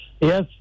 Yes